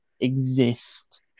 exist